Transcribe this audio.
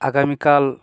আগামীকাল